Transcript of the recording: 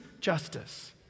justice